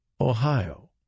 Ohio